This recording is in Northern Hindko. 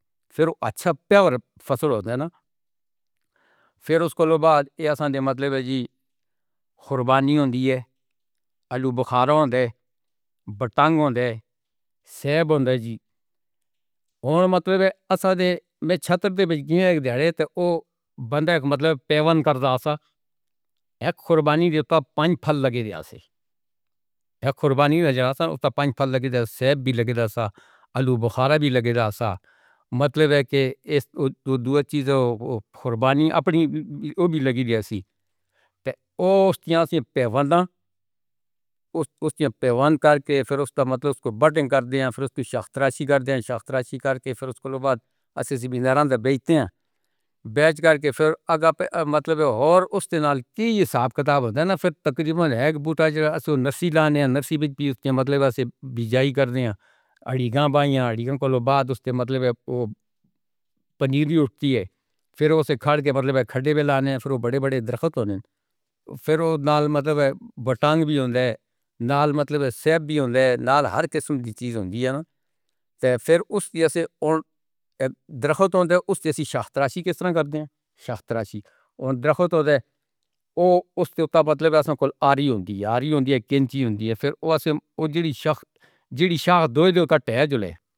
پھراچھا پیور فصل ہوندا ہے ناں۔ پھر اوس دے بعد ایہہ اصل وچ مطلب ہے جی قربانی ہوندی ہے، آلو بخارا ہوندا، بٹانگ ہوندے، صاحب ہوندا جی۔ اتے مطلب ہے اصل وچ چتر تاں وچ گہہ دتا ہے تاں بندہ اک مطلب پیون کر دے۔ ایسے قربانی دے پنج پھل لگے ہن ایسے۔ اک قربانی جیہے پنج پھل لگدا ہے۔ صاحب وی لگ رہا سی، آلو بخارا وی لگ رہا سی۔ مطلب ہے کہ ایہہ دو چیزاں قربانی اپݨی۔ اوہ وی لگی ہوئی سی تاں اوس دے آسپاس بندہ اوس دن پیوان کر کے پھر اوس دا مطلب کو واٹنگ کر دے۔ پھر اوس دی شاخ راشی کر دے۔ شاخ راشی کر کے پھر اوس دے بعد ایسے ایسے ویچدے ہن۔ ویچ کے پھر اگے مطلب ہور۔ اوس توں نال دی حساب کتاب ہوندا ہے ناں۔ پھر تقریباً اک بوٹا جیہے نصیب لانے ہن۔ نصیب وی اوس دے مطلب توں وی چار کر دے تاں اڈیاں بھائیاں دے بعد اوس دے مطلب۔ اوہ پنیر وی اٹھدی ہے۔ پھر اوس نوں کھڑے دے مطلب کھڑے وی لانے ہن پھر اوہ وڈے وڈے درخت ہوون پھر اوسے نال۔ مطلب ہے بٹانگ وی ہوندے نال۔ مطلب صاحب وی ہوندے نال۔ ہر قسم دی چیز ہوندی ہے ناں۔ پھر اوس توں اتے درخت ہوندے ہن۔ اوس جیہی شاخ راشی کس طرح کردے ہن؟ شاخ راشی اتے ڈرکو تاں۔ ادھر اوہ اوس نوں بتلائے بغیر کول آڑی ہوندی، آڑی ہوندی، کنچی ہوندی ہے۔ پھر اوہ جڑی شاخ، جوڑی شاخ دو ہی۔ جو کٹے جو لے۔